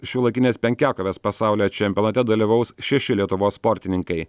šiuolaikinės penkiakovės pasaulio čempionate dalyvaus šeši lietuvos sportininkai